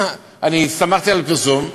סמכתי על הפרסום,